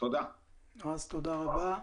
תודה רבה.